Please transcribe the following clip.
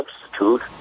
substitute